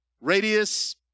Radius